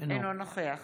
אינו נוכח